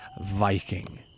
Viking